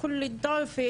אני מאמינה שיש אלוהים,